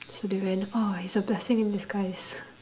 so they went oh he's a blessing in disguise